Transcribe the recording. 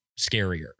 scarier